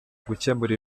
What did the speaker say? gukemura